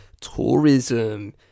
tourism